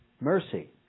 Mercy